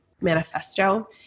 Manifesto